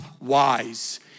wise